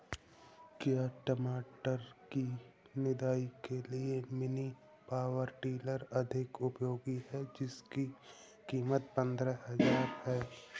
क्या टमाटर की निदाई के लिए मिनी पावर वीडर अधिक उपयोगी है जिसकी कीमत पंद्रह हजार है?